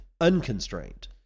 unconstrained